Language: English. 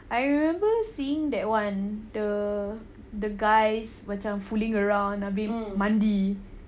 I remember seeing that [one] the the guys macam fooling around apabi~ mandi